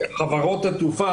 חברות התעופה,